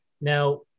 Now